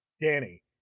Danny